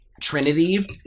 Trinity